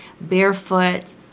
barefoot